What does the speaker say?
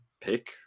pick